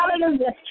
hallelujah